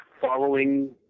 following